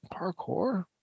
parkour